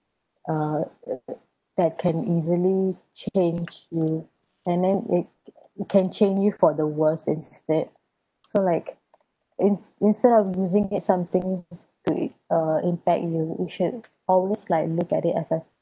uh that can easily change you and then it can change you for the worse instead so like in~ instead of using it something to im~ uh impact you you should always like look at it as a